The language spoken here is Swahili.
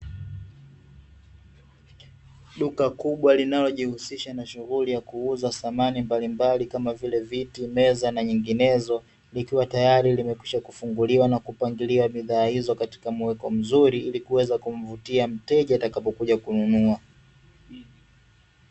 Duka kubwa linalojihusisha n uuzaji wa thamani mbalimbali kama vile viti, meza na nyinginezo, ikiwa tayari imeshafunguliwa na kupangilia katika muonekano mzuri ili kuweza kumvutia mteja anapokuja kununua.